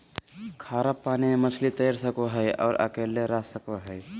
खारा पानी के मछली तैर सको हइ और अकेले रह सको हइ